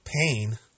pain